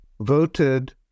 voted